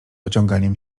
ociąganiem